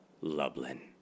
Lublin